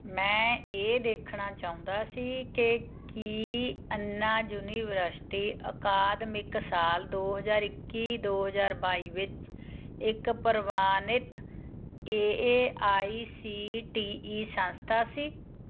ਮੈਂ ਇਹ ਦੇਖਣਾ ਚਾਹੁੰਦਾ ਸੀ ਕਿ ਕੀ ਅੰਨਾ ਯੂਨੀਵਰਸ਼ਿਟੀ ਅਕਾਦਮਿਕ ਸਾਲ ਦੋ ਹਜ਼ਾਰ ਇੱਕੀ ਦੋ ਹਜ਼ਾਰ ਬਾਈ ਵਿੱਚ ਇੱਕ ਪ੍ਰਵਾਨਿਤ A A I C T E ਸੰਸਥਾ ਸੀ